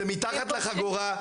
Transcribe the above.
זה מתחת לחגורה.